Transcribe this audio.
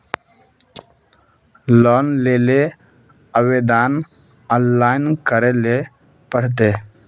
Loan लेले आवेदन online करे ले पड़ते?